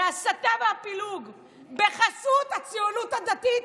על ההסתה והפילוג בחסות הציונות הדתית,